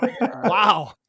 wow